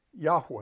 Yahweh